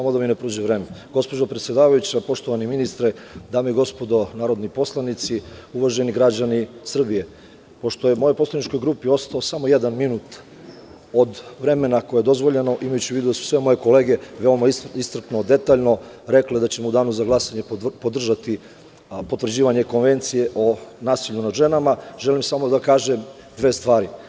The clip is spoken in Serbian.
Gospođo predsedavajuća, poštovani ministre, dame i gospodo narodni poslanici, uvaženi građani Srbije, pošto je mojoj poslaničkoj grupi ostao samo jedan minut od vremena koje je dozvoljeno, imajući u vidu da su sve moje kolege veoma iscrpno i detaljno rekle da ćemo u danu za glasanje podržati potvrđivanje Konvencije o nasilju nad ženama, želim samo da kažem dve stvari.